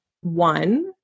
one